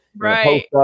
Right